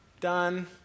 done